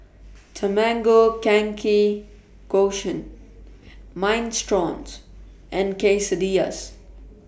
Tamago Kake Minestrones and Quesadillas